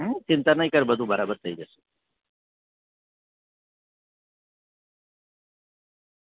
હમ ચિંતા નહીં કર બધું બરાબર થઈ જશે